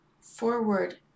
forward